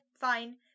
fine